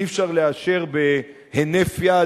אי-אפשר לאשר בהינף יד,